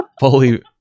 fully